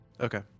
Okay